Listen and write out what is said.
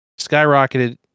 Skyrocketed